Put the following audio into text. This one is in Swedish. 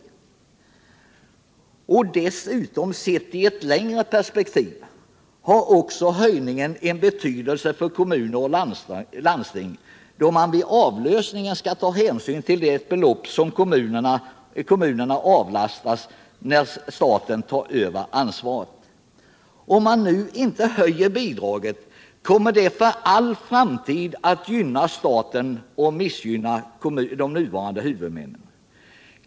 Dessutom har höjningen, sedd i ett längre perspektiv, också betydelse för kommuner och landsting, då man vid avlösningen skall ta hänsyn till de belopp som kommunerna avlastas när staten tar över ansvaret. Om man nu inte höjer bidraget, kommer det för all framtid att gynna staten och missgynna de nuvarande huvudmännen.